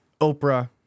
Oprah